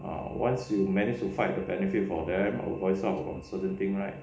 hor once you've managed to fight the benefit for them or voice out on certain thing right